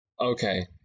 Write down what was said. Okay